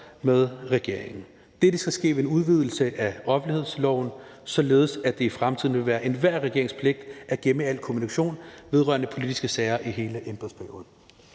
med regeringen. Dette skal ske ved en udvidelse af offentlighedsloven, således at det i fremtiden vil være enhver regerings pligt at gemme al kommunikation vedrørende politiske sager i hele embedsperioden.«